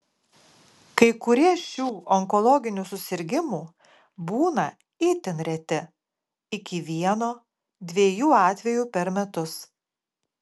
kai kurie šių onkologinių susirgimų būna itin reti iki vieno dviejų atvejų per metus